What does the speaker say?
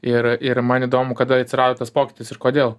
ir ir man įdomu kada atsirado tas pokytis ir kodėl